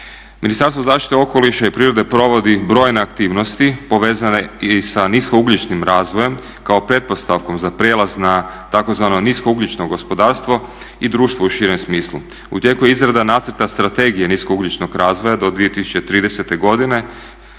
Ministarstvo zaštite okoliša i prirode provodi brojne aktivnosti povezane i sa nisko-ugljičnim razvojem kao pretpostavkom za prijelaz na tzv. nisko-ugljično gospodarstvo i društvo u širem smislu. U tijeku je izrada Nacrta strategije nisko-ugljičnog razvoja do 2030. godine